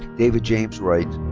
david james wright.